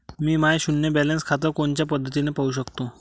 मी माय शुन्य बॅलन्स खातं कोनच्या पद्धतीनं पाहू शकतो?